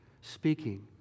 speaking